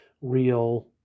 real